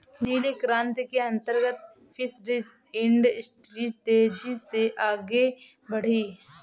नीली क्रांति के अंतर्गत फिशरीज इंडस्ट्री तेजी से आगे बढ़ी